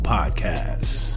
Podcasts